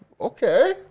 okay